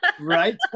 right